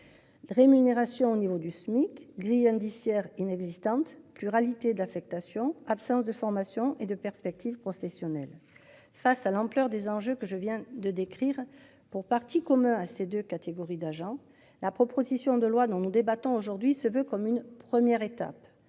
Rémunération au niveau du SMIC grille indiciaire inexistante pluralité d'affectation, absence de formation et de perspectives professionnelles. Face à l'ampleur des enjeux que je viens de décrire pour partie commun à ces 2 catégories d'agents. La proposition de loi dont nous débattons aujourd'hui se veut comme une première étape